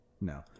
No